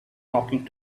talking